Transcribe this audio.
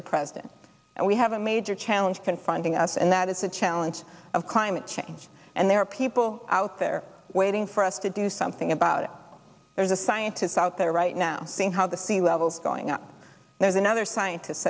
president and we have a major challenge confronting us and that is the challenge of climate change and there are people out there waiting for us to do something about it there's a scientist out there right now saying how the sea levels going up there's another scientist